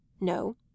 No